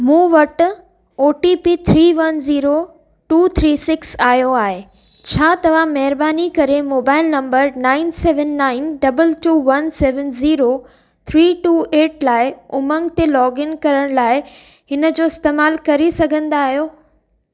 मूं वटि O T P three one zero two three six आयो आहे छा तव्हां महिरबानी करे mobile number nine seven nine double two one seven zero three two eight लाइ उमंग ते लोगइन करण लाइ हिनजो इस्तेमालु करे सघंदा आहियो